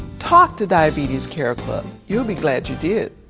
talk to diabetes care club. you'll be glad you did.